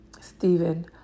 Stephen